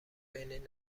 بین